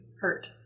hurt